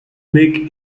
make